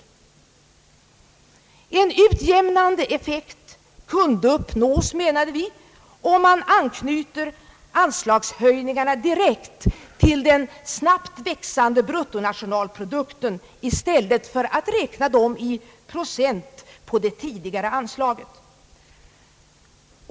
En utjämnande effekt kunde uppnås, menade vi, om man anknyter anslagshöjningarna direkt till den snabbt växande bruttonationalprodukten i stället för att räkna dem i procent på det tidigare anslaget.